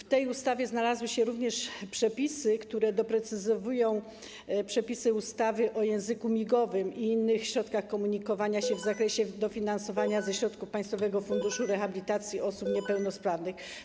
W tej ustawie znalazły się również przepisy, które doprecyzowują przepisy ustawy o języku migowym i innych środkach komunikowania się w zakresie dofinansowania ze środków Państwowego Funduszu Rehabilitacji Osób Niepełnosprawnych.